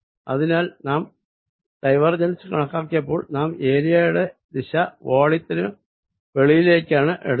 അതിനാൽ നാം ഡൈവേർജെൻസ് കണക്കാക്കിയപ്പോൾ നാം ഏരിയയുടെ ദിശ വോളിയമിനു വെളിയിലേക്കാണ് എടുത്തത്